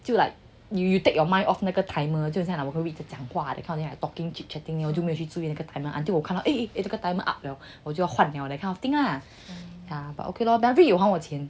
就 like you you take your mind off 那个 timer 就这样了我会一直讲话的看起来 talking chit chatting 就没有去注意那个 timer eh 这个 timer up 了我就要换掉 that kind of thing ah yeah but okay lor david 有还我钱